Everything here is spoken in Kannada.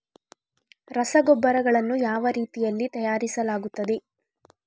ರಸಗೊಬ್ಬರಗಳನ್ನು ಯಾವ ರೀತಿಯಲ್ಲಿ ತಯಾರಿಸಲಾಗುತ್ತದೆ?